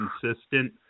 consistent